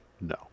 No